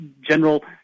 general